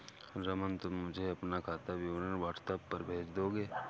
रमन, तुम मुझे अपना खाता विवरण व्हाट्सएप पर भेज दो